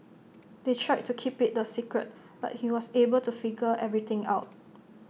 they tried to keep IT A secret but he was able to figure everything out